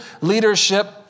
leadership